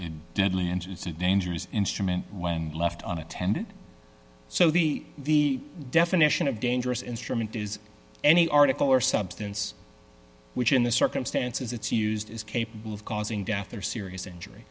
deadly and it's a dangerous instrument when left on a tendon so the the definition of dangerous instrument is any article or substance which in the circumstances it's used is capable of causing death or serious injury